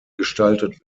gestaltet